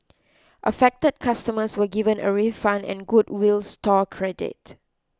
affected customers were given a refund and goodwill store credit